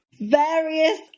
various